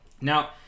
Now